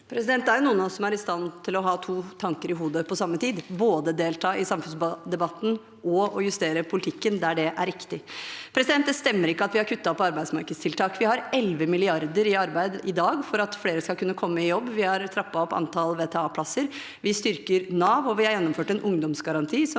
noen av oss som er i stand til å ha to tanker i hodet på samme tid: både å delta i samfunnsdebatten og å justere politikken der det er riktig. Det stemmer ikke at vi har kuttet i arbeidsmarkedstiltak. Vi har 11 mrd. kr i arbeid i dag for at flere skal kunne komme i jobb, vi har trappet opp antall VTAplasser, vi styrker Nav, og vi har gjennomført en ungdomsgaranti